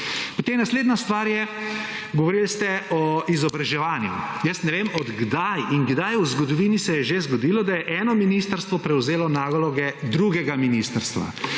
Potem naslednja stvar je; govorili ste o izobraževanju. Jaz ne vem od kdaj in kdaj v zgodovini se je že zgodilo, da je eno ministrstvo prevzelo naloge drugega ministrstva.